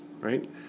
right